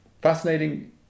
Fascinating